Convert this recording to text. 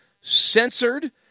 censored